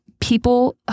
people